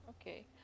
okay